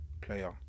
player